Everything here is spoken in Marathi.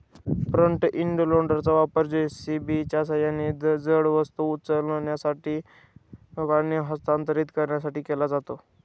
फ्रंट इंड लोडरचा वापर जे.सी.बीच्या सहाय्याने जड वस्तू उचलण्यासाठी आणि हस्तांतरित करण्यासाठी केला जातो